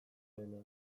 lehenago